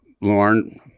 Lauren